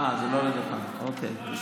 זה לא על הדוכן, אוקיי.